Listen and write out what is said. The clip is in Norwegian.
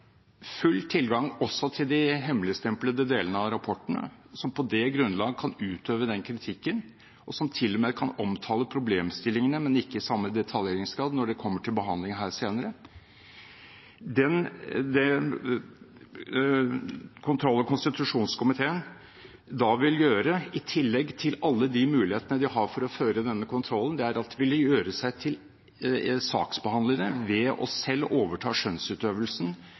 full tilgang også til de hemmeligstemplede delene av rapportene, som på det grunnlag kan utøve den kritikken, og som til og med kan omtale problemstillingene, men ikke i samme detaljeringsgrad når det kommer til behandling her senere, i tillegg til alle de mulighetene de har for å føre denne kontrollen – er å gjøre seg til saksbehandlere ved selv å overta skjønnsutøvelsen